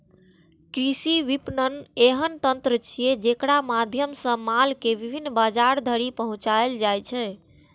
कृषि विपणन एहन तंत्र छियै, जेकरा माध्यम सं माल कें विभिन्न बाजार धरि पहुंचाएल जाइ छै